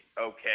okay